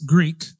Greek